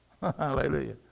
Hallelujah